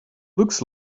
looks